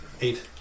eight